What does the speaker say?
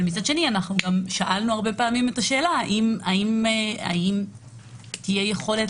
אבל מצד שני שאלנו הרבה פעמים את השאלה האם תהיה יכולת